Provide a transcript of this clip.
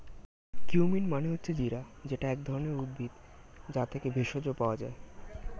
cumin মানে হচ্ছে জিরা যেটা এক ধরণের উদ্ভিদ, যা থেকে ভেষজ পাওয়া যায়